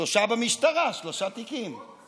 שלושה במשטרה, שלושה תיקים.